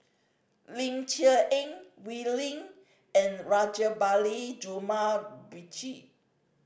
Ling Cher Eng Wee Lin and Rajabali